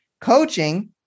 coaching